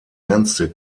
ernste